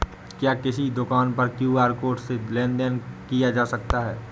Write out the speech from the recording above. क्या किसी दुकान पर क्यू.आर कोड से लेन देन देन किया जा सकता है?